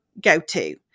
go-to